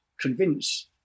convince